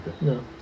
No